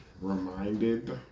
reminded